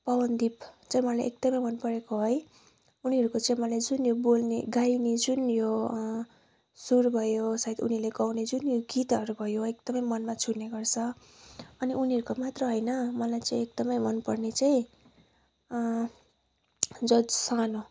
पवनदीप चाहिँ मलाई एकदमै मनपरेको है उनीहरूको चाहिँ मलाई जुन यो बोल्ने गाइने जुन यो सुर भयो सायद उनीहरूले गाउने जुन यो गीतहरू भयो एकदमै मनमा छुने गर्छ अनि उनीहरूको मात्र होइन मलाई चाहिँ एकदमै मनपर्ने चाहिँ जज शान हो